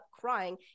crying